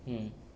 mm